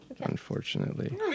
Unfortunately